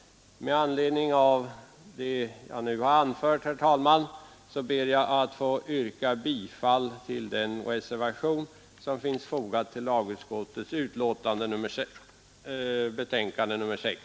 Med det anförda, herr talman, ber jag att få yrka bifall till den reservation som är fogad till lagutskottets betänkande nr 6.